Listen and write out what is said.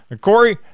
Corey